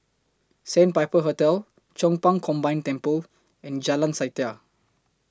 Sandpiper Hotel Chong Pang Combined Temple and Jalan Setia